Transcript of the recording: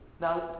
Now